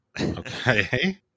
Okay